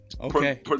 Okay